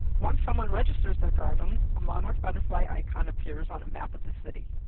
once someone registers their garden, a monarch butterfly icon appears on a map of the city.